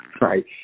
right